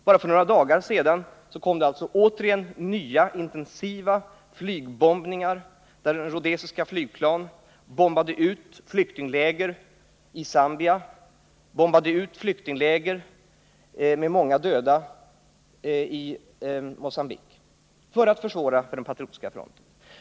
Bara för några dagar sedan utfördes nya intensiva bombningar av rhodesiskt flyg mot Patriotiska frontens flyktingläger i Zambia och Mogambique med många döda — allt för att försvåra för Patriotiska fronten.